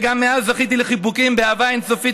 וגם אז זכיתי לחיבוקים באהבה אין-סופית,